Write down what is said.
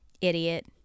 Idiot